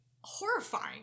horrifying